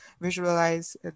visualize